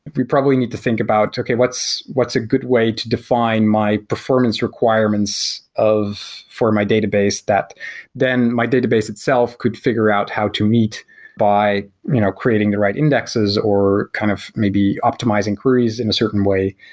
we probably need to think about, okay. what's what's a good way to define my performance requirements for my database that then my database itself could figure out how to meet by you know creating the right indexes or kind of may be optimizing queries in a certain way?